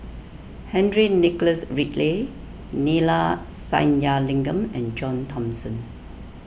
Henry Nicholas Ridley Neila Sathyalingam and John Thomson